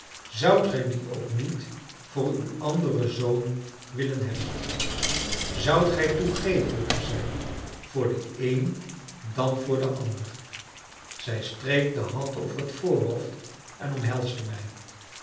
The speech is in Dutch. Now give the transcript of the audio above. zoudt gij die ook niet voor uw anderen zoon willen hebben zoudt gij toegeeflijker zijn voor den een dan voor den ander zij streek de hand over het voorhoofd en omhelsde mij